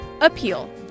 Appeal